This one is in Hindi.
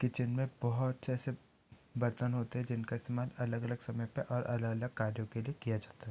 किचेन में बहुत से ऐसे बर्तन होते हैं जिनका इस्तेमाल अलग अलग समय पर और अलग अलग कार्यों के लिए किया जाता है